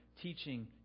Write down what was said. teaching